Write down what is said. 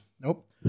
Nope